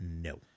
No